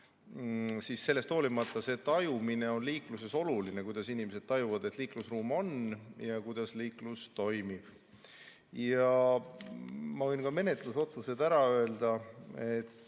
siis sellest hoolimata see tajumine on liikluses oluline, kuidas inimesed tajuvad, et liiklusruum on ja kuidas liiklus toimib. Ma võin ka menetlusotsused ära öelda.